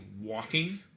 walking